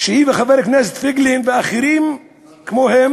שהיא וחבר הכנסת פייגלין ואחרים כמוהם